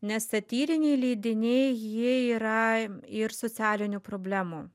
nes satyriniai leidiniai jie yra ir socialinių problemų